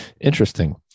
Interesting